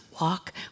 walk